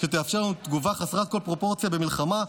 שתאפשר לנו תגובה חסרת כל פרופורציה במלחמה,